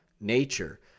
nature